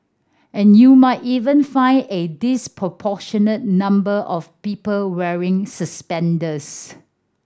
and you might even find a disproportionate number of people wearing suspenders